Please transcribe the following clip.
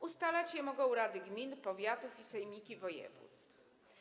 Ustalać je mogą rady gmin, powiatów i sejmiki województw.